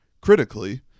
Critically